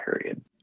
period